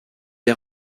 est